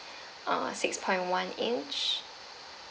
uh six point one inch